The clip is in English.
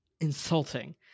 Insulting